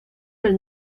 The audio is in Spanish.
del